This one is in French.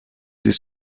des